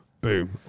Boom